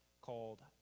called